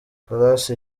palace